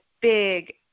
big